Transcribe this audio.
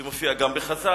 זה מופיע גם בחז"ל.